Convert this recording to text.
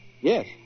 Yes